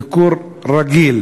ביקור רגיל.